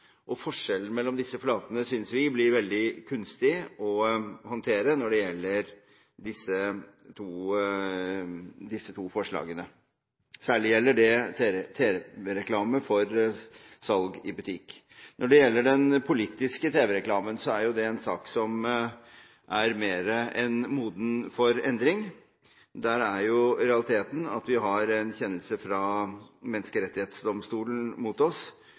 og forskjellen mellom disse flatene synes vi blir veldig kunstig å håndtere når det gjelder disse to forslagene, særlig gjelder det tv-reklame for salg i butikk. Når det gjelder den politiske tv-reklamen, er det en sak som er mer enn moden for endring. Der er realiteten at vi har en kjennelse fra Menneskerettighetsdomstolen mot oss